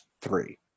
three